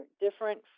different